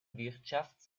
wirtschafts